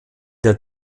der